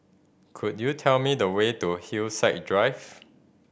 could you tell me the way to Hillside Drive